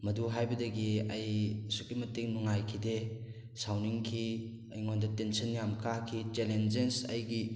ꯃꯗꯨ ꯍꯥꯏꯕꯗꯒꯤ ꯑꯩ ꯑꯁꯨꯛꯀꯤ ꯃꯇꯤꯛ ꯅꯨꯡꯉꯥꯏꯈꯤꯗꯦ ꯁꯥꯎꯅꯤꯡꯈꯤ ꯑꯩꯉꯣꯟꯗ ꯇꯦꯟꯁꯟ ꯌꯥꯝ ꯀꯥꯈꯤ ꯆꯦꯂꯦꯟꯖꯦꯁ ꯑꯩꯒꯤ